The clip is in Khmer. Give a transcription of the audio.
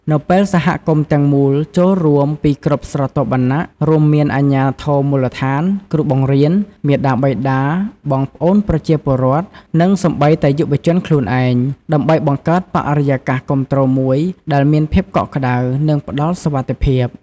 នៅពេលសហគមន៍ទាំងមូលចូលរួម ពីគ្រប់ស្រទាប់វណ្ណៈ រួមមានអាជ្ញាធរមូលដ្ឋាន គ្រូបង្រៀន មាតាបិតា បងប្អូនប្រជាពលរដ្ឋ និងសូម្បីតែយុវជនខ្លួនឯង ដើម្បីបង្កើតបរិយាកាសគាំទ្រមួយ ដែលមានភាពកក់ក្តៅ និងផ្តល់សុវត្ថិភាព។